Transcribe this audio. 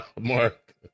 Mark